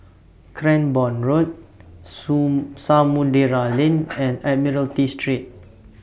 Cranborne Road Samudera Lane and Admiralty Street